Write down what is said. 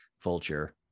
Vulture